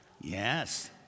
Yes